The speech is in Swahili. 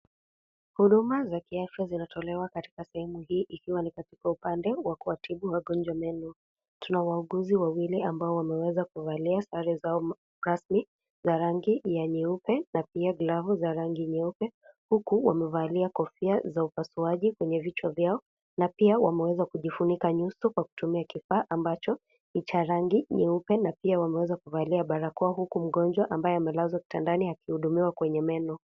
Huduma za kiafya zinatolewa katika sehemu hii ikiwa ni katika upande wa kuwatibu wagonjwa meno. Tuna wauguzi wawili ambao wameweza kuvalia sare zao rasmi, na rangi ya nyeupe na pia glavu za rangi nyeupe, huku wamevalia kofia za upasuaji kwenye vichwa vyao, na pia wameweza kujifunika nyuso kwa kutumia kifaa ambacho ni cha rangi nyeupe na pia wameweza kuvalia barakoa huku mgonjwa ambaye amelazwa kitandani akihudumiwa kwenye meno.